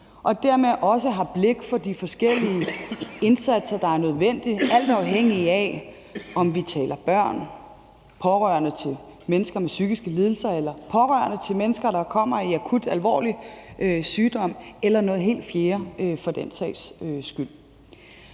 og dermed også blik for de forskellige indsatser, der er nødvendige, alt afhængigt af om vi taler om børn, pårørende til mennesker med psykiske lidelser eller pårørende til mennesker, der får en akut alvorlig sygdom eller noget helt fjerde for den sags skyld.